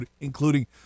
including